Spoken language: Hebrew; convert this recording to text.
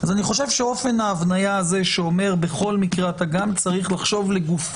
איזה שהיא מחשבה שהגינות ההליך זה משהו רחב יותר,